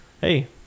hey